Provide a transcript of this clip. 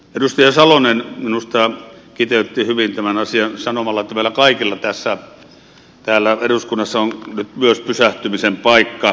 edustaja salonen minusta kiteytti hyvin tämän asian sanomalla että meillä kaikilla täällä eduskunnassa on nyt myös pysähtymisen paikka